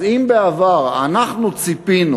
אז אם בעבר ציפינו